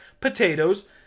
potatoes